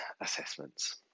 assessments